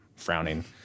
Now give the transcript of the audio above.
frowning